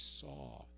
saw